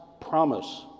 promise